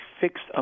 fixed